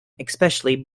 especially